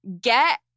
get